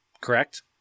Correct